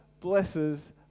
blesses